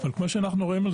אבל כמו שאנחנו רואים,